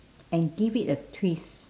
and give it a twist